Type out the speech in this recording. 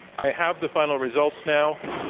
i have the final results now.